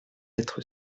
être